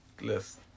list